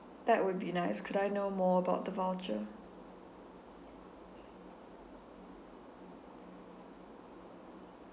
that would be nice could I know more about the voucher